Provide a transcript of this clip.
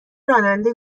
راننده